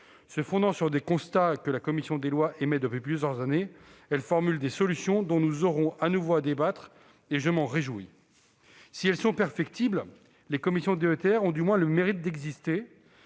Se fondant sur des constats que la commission des lois émet depuis plusieurs années, elle formule des solutions dont nous aurons de nouveau à débattre, et je m'en réjouis. Si elles sont perfectibles, les commissions DETR ont du moins le mérite d'exister